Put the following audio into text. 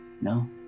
No